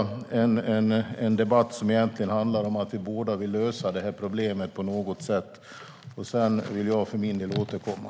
Det är en debatt som egentligen handlar om att vi båda vill lösa problemet på något sätt. Sedan vill jag för min del återkomma.